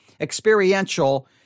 experiential